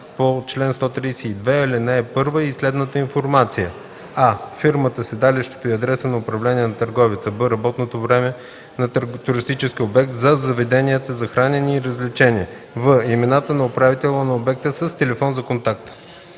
по чл. 132, ал. 1 и следната информация: а) фирмата, седалището и адреса на управление на търговеца; б) работното време на туристическия обект – за заведенията за хранене и развлечения; в) имената на управителя на обекта с телефон за контакт.”